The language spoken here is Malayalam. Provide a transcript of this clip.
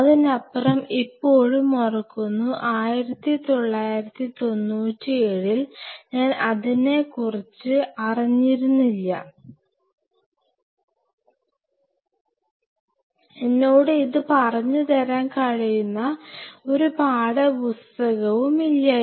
അതിനപ്പുറം ഇപ്പോഴും ഓർക്കുന്നു 1997ൽ ഞാൻ അതിനെക്കുറിച്ച് അറിഞ്ഞിരുന്നില്ല എന്നോട് ഇത് പറഞ്ഞു തരാൻ കഴിയുന്ന ഒരു പാഠപുസ്തകവും ഇല്ലായിരുന്നു